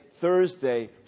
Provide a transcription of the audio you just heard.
Thursday